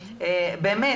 באמת,